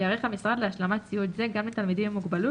ייערך המשרד להשלמת ציוד זה גם לתלמידים עם מוגבלות,